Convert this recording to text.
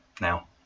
now